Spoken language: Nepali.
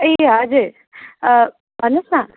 ए हजुर भन्नुहोस् न